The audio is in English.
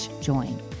join